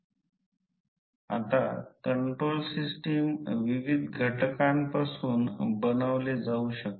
तर E 2 V2V2 त्याच प्रकारे आम्ही ते करू I2 V2 R e 2 cos ∅ 2 X e 2 sin ∅ 2